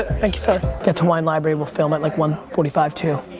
thank you. sorry. get to wine library, we'll film at like one forty five, two